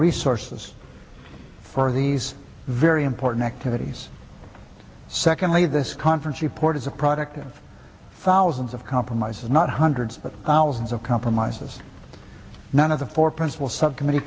resources for these very important activities secondly this conference report is a product of thousands of compromises not hundreds but thousands of compromises none of the four principal s